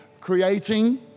creating